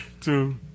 Two